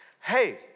Hey